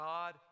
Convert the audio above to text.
God